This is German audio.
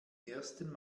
ersten